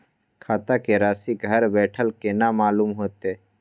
खाता के राशि घर बेठल केना मालूम होते?